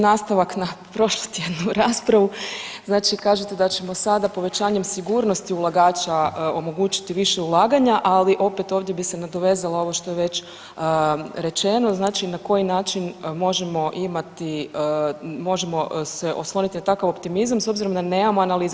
Nastavak na prošlotjednu raspravu, znači kažete da ćemo sada povećanjem sigurnosti ulagača omogućiti više ulaganja, ali opet ovdje bi se nadovezala ovo što je već rečeno, na koji način možemo se osloniti na takav optimizam, s obzirom da nemamo analiza.